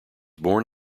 born